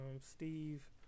steve